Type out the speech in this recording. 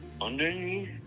underneath